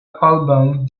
album